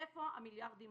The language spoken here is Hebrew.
היכן הם הולכים.